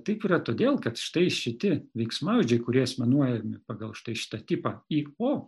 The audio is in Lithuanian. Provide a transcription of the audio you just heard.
taip yra todėl kad štai šite veiksmažodžiai kurie asmenuojami pagal štai šitą tipą i o